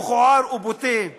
עליזה לביא וקבוצת חברי הכנסת.